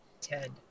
Ted